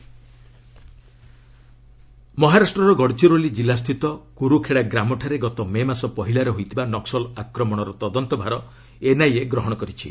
NIA Gadchiroli ମହାରାଷ୍ଟ୍ରର ଗଡ଼ଚିରୋଲି ଜିଲ୍ଲା ସ୍ଥିତ କୁରୁଖେଡ଼ା ଗ୍ରାମଠାରେ ଗତ ମେ ମାସ ପହିଲାରେ ହୋଇଥିବା ନକ୍କଲ ଆକ୍ରମଣର ତଦନ୍ତ ଭାର ଏନ୍ଆଇଏ ଗ୍ରହଣ କରିଛି